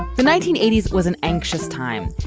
the nineteen eighty s was an anxious time.